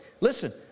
listen